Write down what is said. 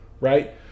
right